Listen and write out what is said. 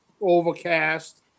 overcast